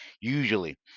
usually